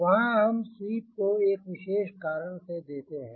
वहाँ हम स्वीप को एक विशेष कारण से देते हैं